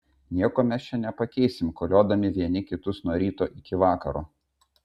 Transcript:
nieko mes čia nepakeisim koliodami vieni kitus nuo ryto iki vakaro